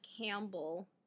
Campbell